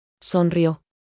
Sonrió